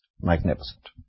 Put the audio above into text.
magnificent